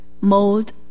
mold